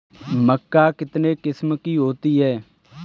मक्का कितने किस्म की होती है?